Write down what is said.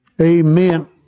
Amen